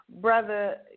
brother